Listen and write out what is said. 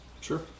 sure